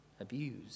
abused